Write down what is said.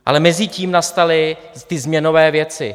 Ale mezitím nastaly ty změnové věci.